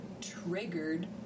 triggered